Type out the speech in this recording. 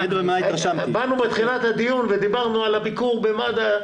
באנו בתחילת הדיון ודיברנו על הביקור במד"א.